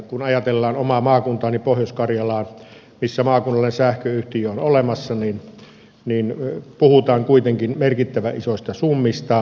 kun ajatellaan omaa maakuntaani pohjois karjalaa missä maakunnallinen sähköyhtiö on olemassa niin puhutaan kuitenkin merkittävän isoista summista